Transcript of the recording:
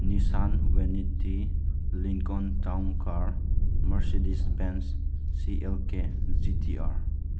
Nissan Vanette Lincoln Town Car Mercedes Benz C L K G T R